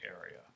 area